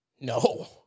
No